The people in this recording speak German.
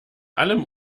allem